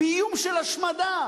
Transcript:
באיום של השמדה.